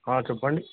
చెప్పండి